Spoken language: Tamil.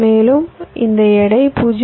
மேலும் இந்த எடை 0